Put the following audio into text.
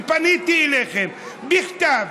פניתי אליכם בכתב,